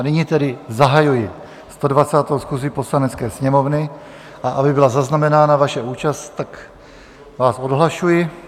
Nyní tedy zahajuji 120. schůzi Poslanecké sněmovny, a aby byla zaznamenána vaše účast, tak vás odhlašuji.